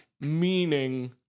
meaning